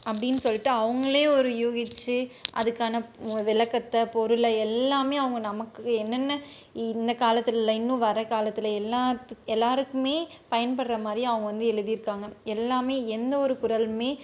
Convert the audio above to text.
அப்படின் சொல்லிட்டு அவங்ளே ஒரு யூகிச்சு அதுக்கான விளக்கத்தை பொருளை எல்லாமே அவங்க நமக்கு என்னென்ன இந்த காலத்தில் இல்லை இன்னும் வர காலத்தில் எல்லாதுக் எல்லாேருக்குமே பயன்படுகிற மாதிரி அவங்க வந்து எழுதியிருக்காங்க எல்லாமே எந்த ஒரு குறளுமே